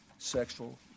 Sexual